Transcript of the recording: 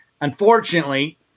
unfortunately